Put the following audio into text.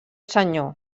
senyor